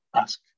Ask